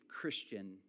Christian